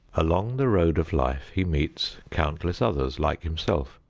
along the road of life he meets countless others like himself.